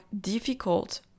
difficult